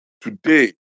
today